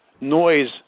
noise